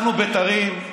אנחנו בית"רים,